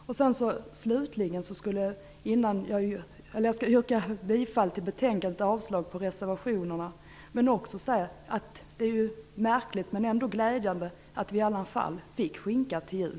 Jag yrkar bifall till hemställan i betänkandet och avslag på reservationerna. Jag vill också säga att det är märkligt, men ändå glädjande, att vi i alla fall fick skinka till jul.